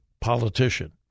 politician